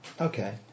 Okay